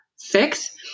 fix